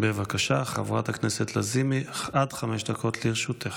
בבקשה, חברת הכנסת לזימי, עד חמש דקות לרשותך.